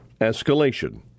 escalation